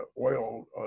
oil